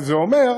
אבל זה אומר,